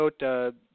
note